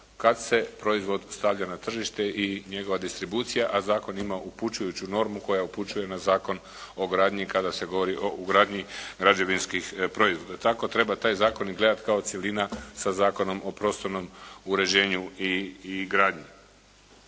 kada se proizvod stavlja na tržište i njegova distribucija, a zakon ima upućujuću normu koja upućuje na zakon o gradnji kada se govori o ugradnji građevinskih proizvoda. Tako treba taj zakon i gledat kao cjelina sa Zakonom o prostornom uređenju i gradnji.